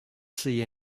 see